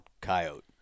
coyote